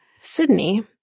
Sydney